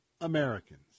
Americans